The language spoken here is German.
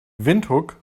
windhoek